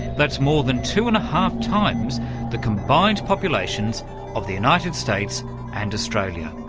that's more than two-and-a-half times the combined populations of the united states and australia.